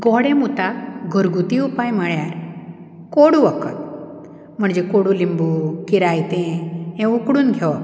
गोडेंमुताक घरगुती उपाय म्हळ्यार कोडू वखद म्हणजे कोडलिंबू किरायतें हें उकडून घेवप